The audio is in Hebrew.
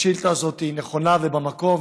השאילתה הזאת היא נכונה ובמקום,